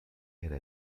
era